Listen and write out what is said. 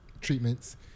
treatments